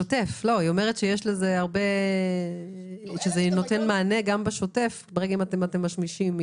אומרת שזה נותן מענה גם בשוטף אם אתם משמישים,